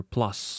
Plus